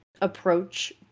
approach